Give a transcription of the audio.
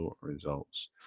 results